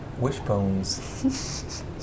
Wishbones